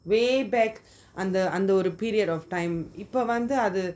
way back அந்த அந்த ஒரு:antha antha oru period of time இப்போ வந்து:ipo vanthu